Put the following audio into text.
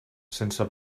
sense